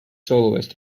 soloist